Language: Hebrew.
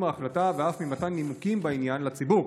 ההחלטה ואף ממתן נימוקים בעניין לציבור?